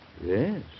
Yes